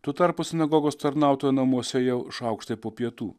tuo tarpu sinagogos tarnautojo namuose jau šaukštai po pietų